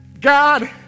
God